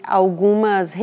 algumas